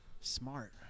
Smart